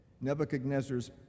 Nebuchadnezzar's